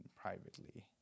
privately